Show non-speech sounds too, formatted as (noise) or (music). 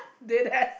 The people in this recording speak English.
dead ass (laughs)